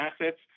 assets